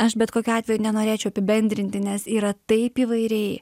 aš bet kokiu atveju nenorėčiau apibendrinti nes yra taip įvairiai